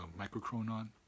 microchronon